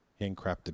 Handcrafted